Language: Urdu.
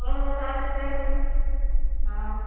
اور بتا دیتے ہیں کوئی ہاں